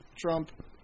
Trump